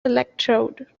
electrode